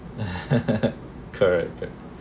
correct correct